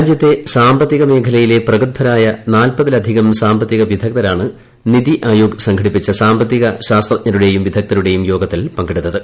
രാജൃത്തെ സാമ്പത്തിക മേഖലയിലെ പ്രഗത്ഭരായ നാൽപ്പതിലധികം സാമ്പത്തിക വിദഗ്ധരാണ് നിതി ആയോഗ് സംഘടിപ്പിച്ചു സാമ്പത്തിക ശാസ്ത്രജ്ഞൻമാരുടെയും വിദഗ്ധരുടെയും യോഗത്തിൽ പങ്കെടുത്തത്